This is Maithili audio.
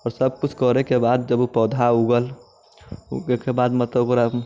आओर सभ किछु करैके बाद जब ओ पौधा उगल उगैके बाद मतलब ओकरा